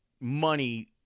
money